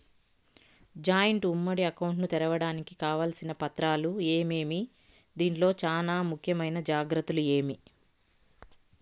Joint ఉమ్మడి account ను తెరవడానికి కావాల్సిన పత్రాలు ఏమేమి? దీంట్లో చానా ముఖ్యమైన జాగ్రత్తలు ఏమి?